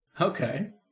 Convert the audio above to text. Okay